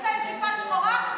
יש להם כיפה שחורה?